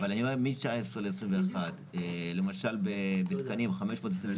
אבל אני רואה מ-2019 ל-2021 למשל בתקנים 522,